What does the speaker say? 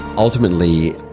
ultimately,